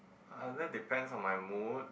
uh that depends on my mood